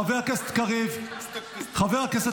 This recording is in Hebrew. חבר הכנסת קריב, תודה.